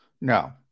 No